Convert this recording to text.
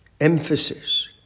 emphasis